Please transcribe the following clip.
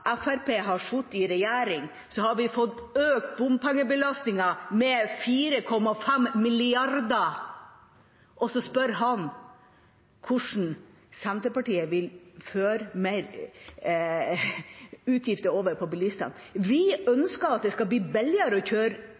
Fremskrittspartiet har sittet i regjering, har vi fått økt bompengebelastningen med 4,5 mrd. kr, og så spør han hvordan Senterpartiet vil føre mer utgifter over på bilistene. Vi ønsker at det skal bli billigere å kjøre